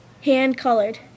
hand-colored